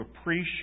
appreciate